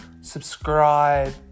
subscribe